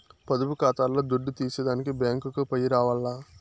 పొదుపు కాతాల్ల దుడ్డు తీసేదానికి బ్యేంకుకో పొయ్యి రావాల్ల